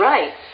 Right